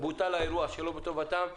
בוטל האירוע שלא בטובתם.